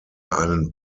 einen